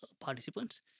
participants